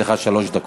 יש לך שלוש דקות.